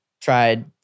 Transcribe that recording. tried